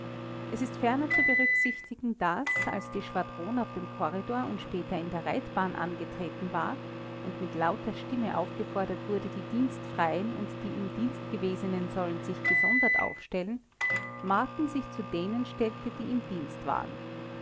es ist ferner zu berücksichtigen daß als die schwadron auf dem korridor und später in der reitbahn angetreten war und mit lauter stimme aufgefordert wurde die dienstfreien und die im dienst gewesenen sollten sich gesondert aufstellen marten sich zu denen stellte die im dienst waren